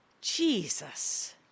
Jesus